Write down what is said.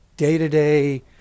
day-to-day